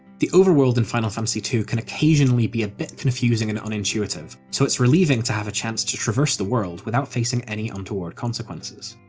the overworld in final fantasy ii can occasionally be a bit confusing and unintuitive, so it's relieving to have a chance to traverse the world without facing any untoward consequences.